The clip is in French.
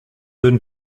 donne